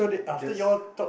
there's